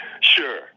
Sure